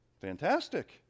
Fantastic